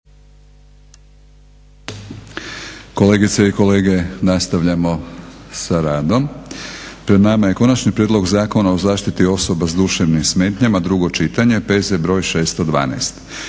Kolegice i kolege, nastavljamo sa radom. Pred nama je - Konačni prijedlog Zakona o zaštiti osoba s duševnim smetnjama, drugo čitanje, P.Z. br. 612